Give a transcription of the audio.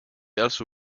also